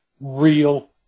real